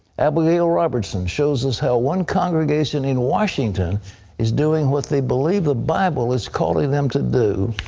abigail robertson shows us how one congregation in washington is doing what they believe the bible is calling them to do,